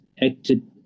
acted